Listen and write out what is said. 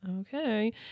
okay